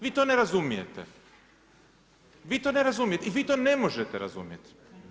Vi to ne razumijete, vi to ne razumijete i vi to ne možete razumjeti.